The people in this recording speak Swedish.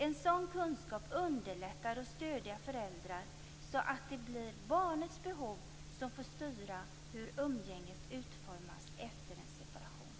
En sådan kunskap underlättar när det gäller att stödja föräldrar så att det blir barnets behov som får styra hur umgänget utformas efter en separation.